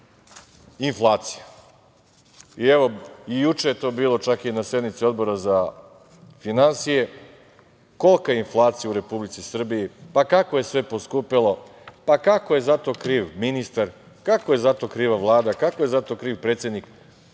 inflacija. Evo, i juče je to bilo na sednici Odbora za finansije, kolika je inflacija u Republici Srbiji, pa kako je sve poskupelo, pa kako je za to kriv ministar, kako je za to kriva Vlada, kako je za to kriv predsednik. Pa,